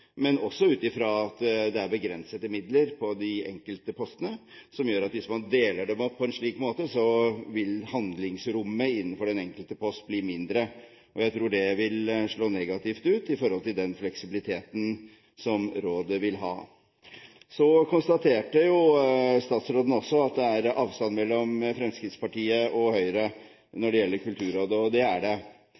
men også ut fra at det er begrensede midler på de enkelte postene som gjør at hvis man deler dem opp på en slik måte, vil handlingsrommet innenfor den enkelte post bli mindre. Jeg tror det vil slå negativt ut i forhold til den fleksibiliteten som rådet vil ha. Så konstaterte statsråden også at det er avstand mellom Fremskrittspartiet og Høyre når det gjelder Kulturrådet, og det er det.